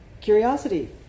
Curiosity